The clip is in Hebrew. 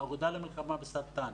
האגודה למלחמה בסרטן.